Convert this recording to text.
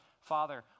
Father